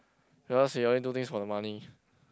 because he always do things for the money